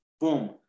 boom